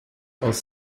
als